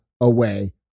away